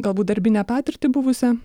galbūt darbinę patirtį buvusią